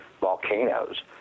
volcanoes